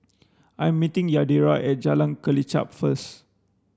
I'm meeting Yadira at Jalan Kelichap first